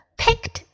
picked